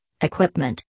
equipment